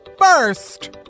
first